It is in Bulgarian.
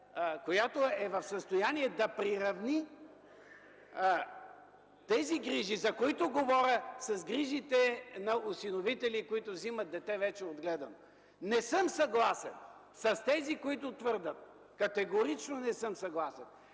която е в състояние да приравни тези грижи, за които говоря, с грижите на осиновители, които взимат вече отгледано дете. Не съм съгласен, категорично не съм съгласен